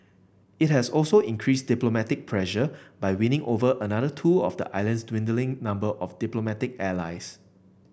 it has also increased diplomatic pressure by winning over another two of the island's dwindling number of diplomatic allies